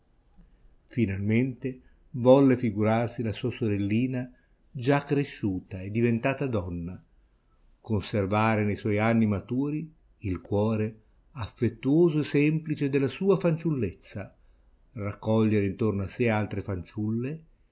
finalmente volle figurarsi la sua sorellina già cresciuta e diventata donna conservare ne suoi anni maturi il cuore affettuoso e semplice della sua fanciullezza raccogliere intorno a sè altre fanciulle